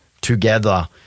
together